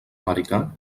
americà